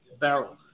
barrel